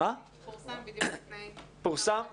זה פורסם לפני כמה דקות.